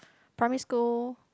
primary school